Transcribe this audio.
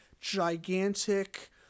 gigantic